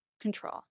control